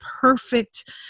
perfect